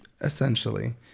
Essentially